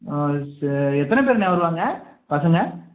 ஆ சரி எத்தனை பேருண்ணே வருவாங்க பசங்க